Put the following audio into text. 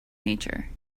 nature